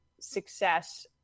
success